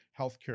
healthcare